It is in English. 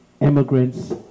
immigrants